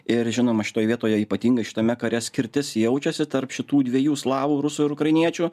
ir žinoma šitoj vietoje ypatingai šitame kare skirtis jaučiasi tarp šitų dviejų slavų rusų ir ukrainiečių